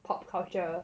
pop culture